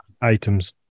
items